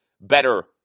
better